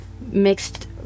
mixed